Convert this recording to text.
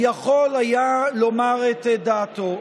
יכול היה לומר את דעתו.